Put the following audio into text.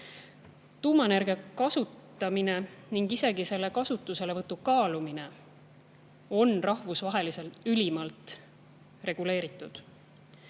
Tuumaenergia kasutamine ning isegi selle kasutuselevõtu kaalumine on rahvusvaheliselt ülimalt reguleeritud.